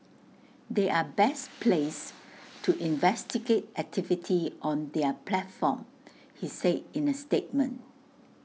they are best placed to investigate activity on their platform he say in A statement